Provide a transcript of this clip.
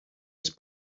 his